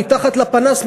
מתחת לפנס,